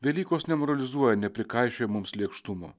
velykos nemoralizuoja neprikaišioja mums lėkštumo